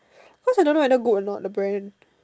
cause I don't know whether good or not the brand